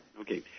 Okay